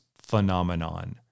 phenomenon